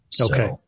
Okay